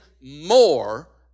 more